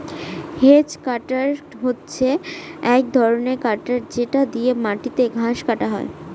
hedge cutter হচ্ছে এক ধরনের কাটার যেটা দিয়ে মাটিতে ঘাস কাটা হয়